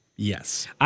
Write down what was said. Yes